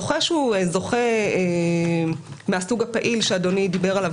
זוכה שהוא זוכה מהסוג הפעיל שאדוני דיבר עליו